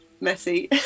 messy